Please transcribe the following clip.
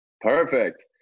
Perfect